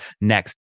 next